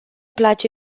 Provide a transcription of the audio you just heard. place